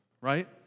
Right